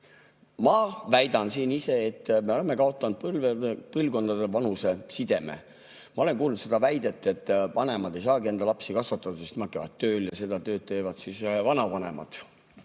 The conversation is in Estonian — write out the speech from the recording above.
Ma väidan siin, et me oleme kaotanud põlvkondadevahelise sideme. Ma olen kuulnud seda väidet, et vanemad ei saagi enda lapsi kasvada, sest nemad käivad tööl, ja seda tööd teevad siis vanavanemad.